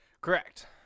Correct